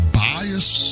biased